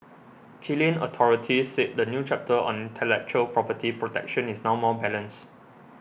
Chilean authorities say the new chapter on intellectual property protection is now more balanced